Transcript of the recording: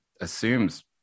assumes